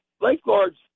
lifeguards